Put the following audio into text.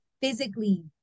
physically